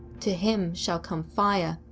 to him shall come fire,